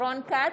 רון כץ,